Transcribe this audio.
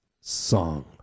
song